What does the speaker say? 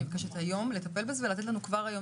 אני מבקשת היום לטפל בזה ולתת לנו כבר היום